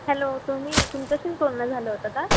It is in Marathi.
हॅलो तुम्ही तुमच्याशीच बोलणं झालं होतं का